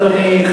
אדוני,